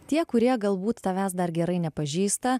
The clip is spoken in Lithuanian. tie kurie galbūt tavęs dar gerai nepažįsta